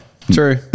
True